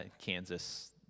Kansas